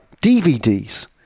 DVDs